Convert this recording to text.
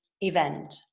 event